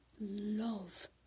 love